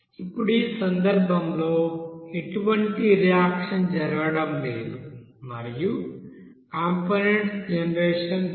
ఇప్పుడు ఈ సందర్భంలో ఎటువంటి రియాక్షన్ జరగడం లేదు మరియు కంపోనెంట్స్ జనరేషన్ లేదు